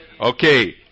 Okay